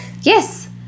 Yes